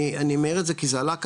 אני מעיר את זה כי זה עלה כאן,